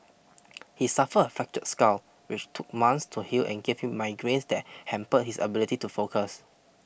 he suffered a fractured skull which took months to heal and gave him migraines that hampered his ability to focus